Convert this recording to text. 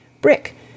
brick